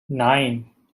nein